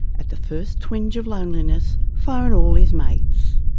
at the first twinge of loneliness, phone all his mates.